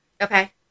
Okay